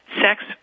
Sex